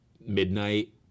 midnight